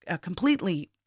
completely